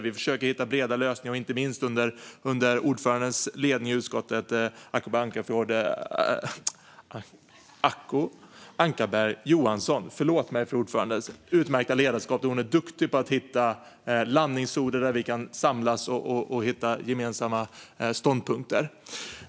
Vi försöker hitta breda lösningar, inte minst under ordföranden Acko Ankarberg Johanssons utmärkta ledarskap i utskottet. Hon är duktig på att finna landningszoner där vi kan samlas och hitta gemensamma ståndpunkter.